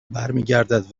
برمیگردد